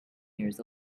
years